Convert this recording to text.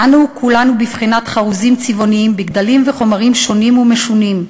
אנו כולנו בבחינת חרוזים צבעוניים בגדלים ומחומרים שונים ומשונים,